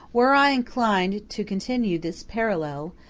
were i inclined to continue this parallel,